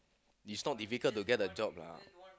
is not difficult to get a job lah